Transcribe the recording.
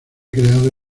creado